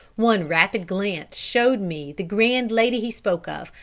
one rapid glance showed me the grand lady he spoke of,